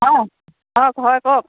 অঁ হয় কওক